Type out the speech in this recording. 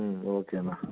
ம் ஓகேண்ணா